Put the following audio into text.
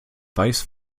weiß